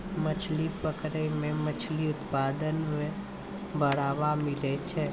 मछली पकड़ै मे मछली उत्पादन मे बड़ावा मिलै छै